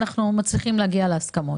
אנחנו מצליחים להגיע להסכמות,